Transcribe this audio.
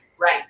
Right